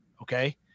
Okay